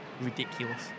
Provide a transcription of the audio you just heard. ridiculous